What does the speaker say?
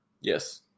Yes